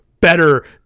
better